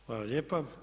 Hvala lijepa.